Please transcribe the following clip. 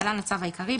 (להלן הצו העיקרי),